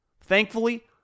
Thankfully